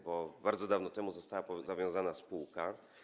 Bardzo dawno temu została zawiązana spółka.